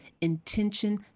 intention